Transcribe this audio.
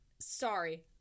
sorry